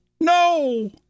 no